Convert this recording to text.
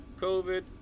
COVID